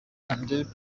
andrea